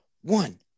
One